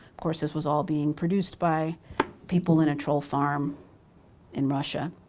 course, this was all being produced by people in a troll farm in russia.